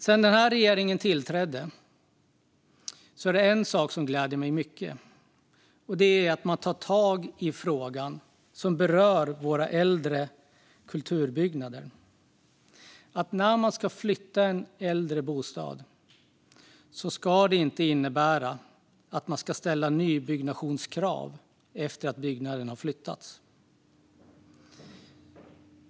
Sedan den här regeringen tillträdde är det en sak som gläder mig mycket, och det är att man tar tag i frågan som berör våra äldre kulturbyggnader. När man ska flytta en äldre bostad ska det inte innebära att man ska ställa nybyggnationskrav efter att byggnaden har flyttats.